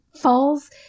falls